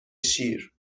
شیر